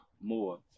more